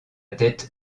tête